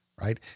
right